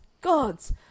Gods